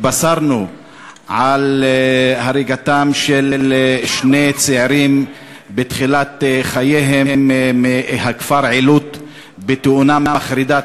התבשרנו על הריגת שני צעירים בתחילת חייהם מהכפר עילוט בתאונה מחרידה,